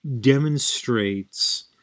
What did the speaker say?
Demonstrates